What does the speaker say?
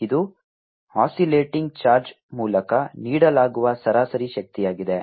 ಇದು oscillating charge ಮೂಲಕ ನೀಡಲಾಗುವ ಸರಾಸರಿ ಶಕ್ತಿಯಾಗಿದೆ